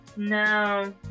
No